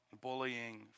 bullying